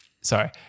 sorry